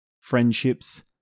friendships